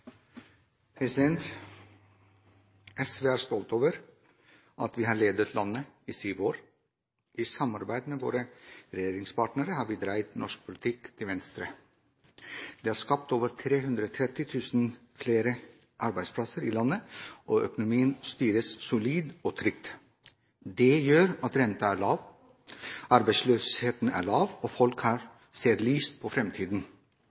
er omme. SV er stolt over at vi har ledet landet i syv år. I samarbeid med våre regjeringspartnere har vi dreid norsk politikk til venstre. Det har skapt over 330 000 flere arbeidsplasser i landet, og økonomien styres solid og trygt. Det gjør at renten er lav. Arbeidsløsheten er lav, og folk her ser lyst på